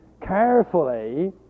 Carefully